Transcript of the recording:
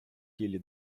тілі